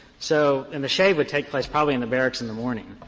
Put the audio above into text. so and the shave would take place probably in the barracks in the morning.